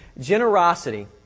Generosity